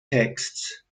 texts